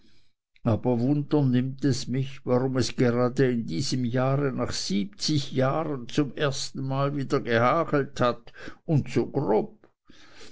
aber wunder nimmt es mich warum es gerade in diesem jahre nach siebenzig jahren zum erstenmal wieder gehagelt hat und so grob